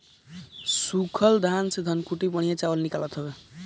सूखल धान से धनकुट्टी बढ़िया चावल निकालत हवे